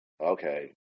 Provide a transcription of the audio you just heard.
Okay